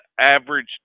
average